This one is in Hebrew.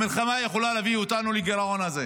המלחמה יכולה להביא אותנו לגירעון הזה,